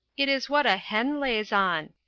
it is what a hen lays on.